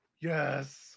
Yes